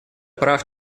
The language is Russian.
прав